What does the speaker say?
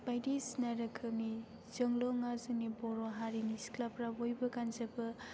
बायदिसिना रोखोमनि जोंल' नङा जोंनि बर' हारिनि सिख्लाफोरा बयबो गानजोबो